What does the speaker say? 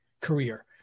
career